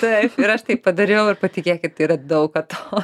taip ir aš taip padariau ir patikėkit yra daug atostogų